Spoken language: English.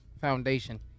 foundation